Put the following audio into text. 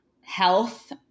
health